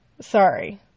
Sorry